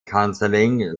counseling